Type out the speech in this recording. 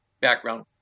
background